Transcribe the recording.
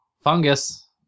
Fungus